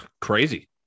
crazy